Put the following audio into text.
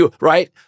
right